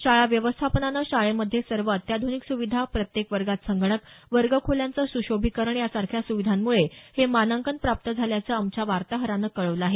शाळा व्यवस्थापनानं शाळेमध्ये सर्व अत्याध्रनिक सुविधा प्रत्येक वर्गात सांगणक वर्गखोल्यांचं सुशोभिकरण यासारख्या सुविधांमुळे हे मानांकन प्राप्त झाल्याचं आमच्या वार्ताहरानं कळवलं आहे